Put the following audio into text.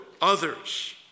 others